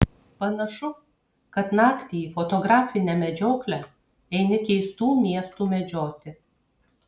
panašu kad naktį į fotografinę medžioklę eini keistų miestų medžioti